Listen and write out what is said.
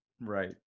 Right